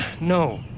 no